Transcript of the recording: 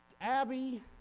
Abby